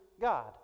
God